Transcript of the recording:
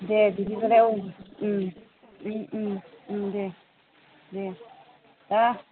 दे बिदिब्लालाय औ दे दे